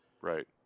right